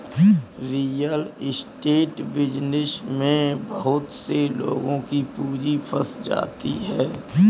real estate business में बहुत से लोगों की पूंजी फंस जाती है